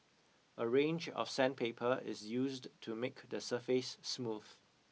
a range of sandpaper is used to make the surface smooth